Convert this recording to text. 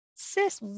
sis